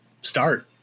start